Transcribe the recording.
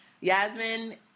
Yasmin